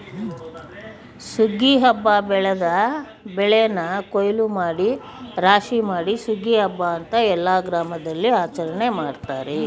ಸುಗ್ಗಿ ಹಬ್ಬ ಬೆಳೆದ ಬೆಳೆನ ಕುಯ್ಲೂಮಾಡಿ ರಾಶಿಮಾಡಿ ಸುಗ್ಗಿ ಹಬ್ಬ ಅಂತ ಎಲ್ಲ ಗ್ರಾಮದಲ್ಲಿಆಚರಣೆ ಮಾಡ್ತಾರೆ